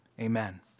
Amen